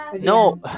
No